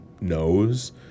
knows